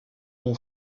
ont